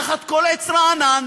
תחת כל עץ רענן,